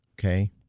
okay